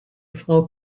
frau